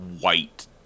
white